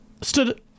stood